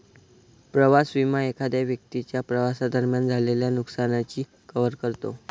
प्रवास विमा एखाद्या व्यक्तीच्या प्रवासादरम्यान झालेल्या नुकसानाची कव्हर करतो